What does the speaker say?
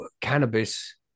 cannabis